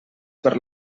per